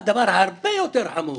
והדבר שהרבה יותר חמור,